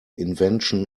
invention